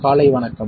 காலை வணக்கம்